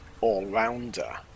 all-rounder